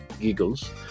Eagles